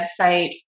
website